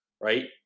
right